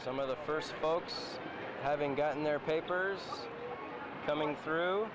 some of the first folks having gotten their papers coming through